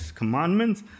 commandments